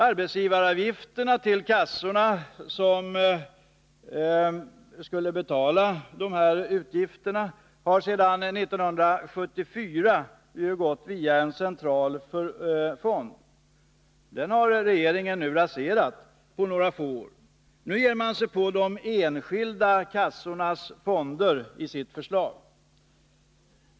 Arbetsgivaravgiften till arbetslöshetskassorna, som skulle betala dessa utgifter, har sedan 1974 samlats i en central fond. Den har regeringen raserat på några få år. Nu ger man sig på de enskilda kassornas fonder.